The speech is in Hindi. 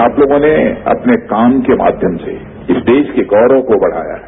आप लोगों ने अपने काम के माध्यम से इस देश के गौरव को बढ़ाया है